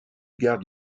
garde